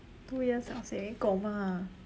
two years of saving 够吗